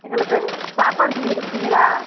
எங்களுக்குச் சாப்பாடு செஞ்சு கொடுப்பீங்களா